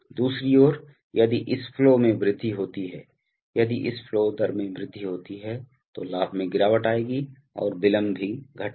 दूसरी ओर यदि इस फ्लो में वृद्धि होती है यदि इस फ्लो दर में वृद्धि होती है तो लाभ में गिरावट आएगी और विलंब भी घटेगा